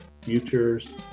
Futures